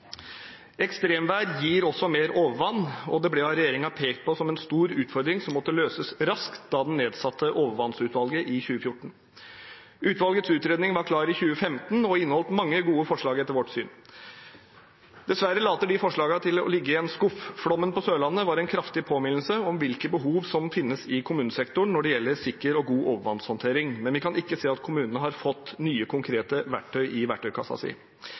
Ekstremvær gir også mer overvann, og det ble av regjeringen pekt på som en stor utfordring som måtte løses raskt, da den nedsatte overvannsutvalget i 2014. Utvalgets utredning var klar i 2015 og inneholdt etter vårt syn mange gode forslag. Dessverre later de forslagene til å ligge i en skuff. Flommen på Sørlandet var en kraftig påminnelse om hvilke behov som finnes i kommunesektoren når det gjelder sikker og god overvannshåndtering, men vi kan ikke se at kommunene har fått nye, konkrete verktøy i